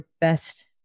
best